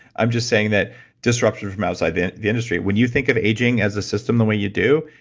i'm just saying that disruption from outside the the industry. when you think of aging as a system the way you do,